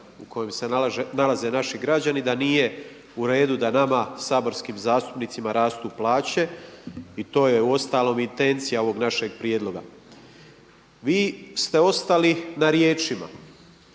u kojem se nalaze naši građani da nije u redu da nama saborskim zastupnicima rastu plaće i to je uostalom i intencija ovog našeg prijedloga. Vi ste ostali na riječima.